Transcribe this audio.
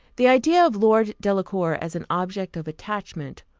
the idea of lord delacour as an object of attachment,